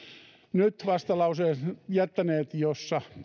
nyt jättäneet vastalauseen jossa